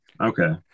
okay